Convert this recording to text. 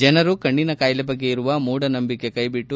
ಜನರು ಕಣ್ಣಿನ ಕಾಯಿಲೆ ಬಗ್ಗೆ ಇರುವ ಮೂಢನಂಬಿಕೆ ಕೈಬಿಟ್ಟು